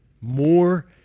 more